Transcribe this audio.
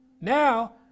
Now